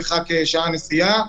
מרחק שעה נסיעה,